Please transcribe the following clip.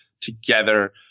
together